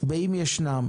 אם ישנן,